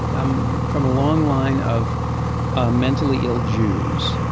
i'm from a long line of ah mentally ill jews,